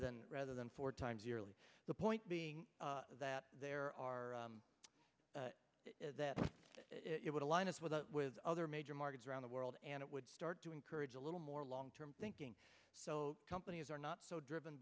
than rather than four times yearly the point being that there are that it would align us with with other major markets around the world and it would start to encourage a little more long term thinking companies are not so driven